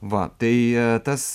va tai tas